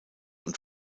und